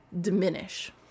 diminish